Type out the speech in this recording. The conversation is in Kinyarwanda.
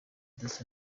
dasso